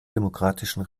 demokratischen